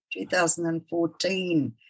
2014